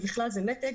ובכלל זה מתג,